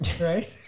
right